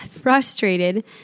Frustrated